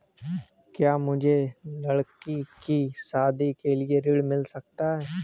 क्या मुझे लडकी की शादी के लिए ऋण मिल सकता है?